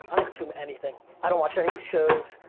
i don't consume anything, i don't watch any shows.